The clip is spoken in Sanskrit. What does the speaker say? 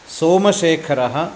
सोमशेखरः